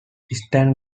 stan